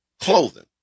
Clothing